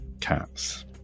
Cats